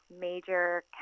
major